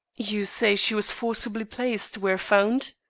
you say she was forcibly placed where found?